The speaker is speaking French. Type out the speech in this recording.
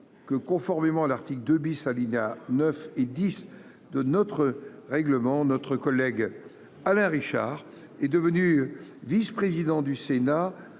Merci